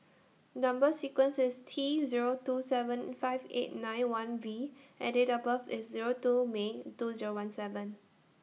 Number sequence IS T Zero two seven five eight nine one V and Date of birth IS Zero two May two Zero one seven